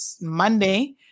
Monday